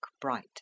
bright